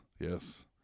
yes